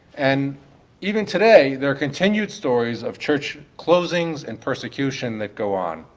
and even today, there are continued stories of church closings and persecution that go on.